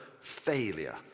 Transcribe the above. failure